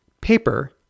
paper